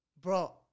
Bro